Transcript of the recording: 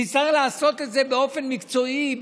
נצטרך לעשות את זה באופן מקצועי,